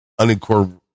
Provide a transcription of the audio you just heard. unincorporated